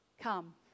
come